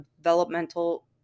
developmental